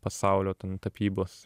pasaulio ten tapybos